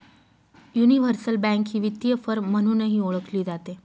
universal bank ही वित्तीय firm म्हणूनही ओळखली जाते